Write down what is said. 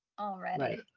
already